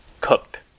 Cooked